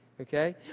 Okay